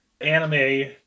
anime